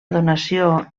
donació